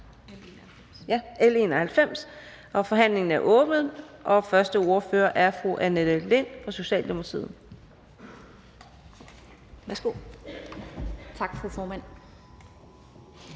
Adsbøl): Forhandlingen er åbnet, og den første ordfører er fru Annette Lind fra Socialdemokratiet.